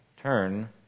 turn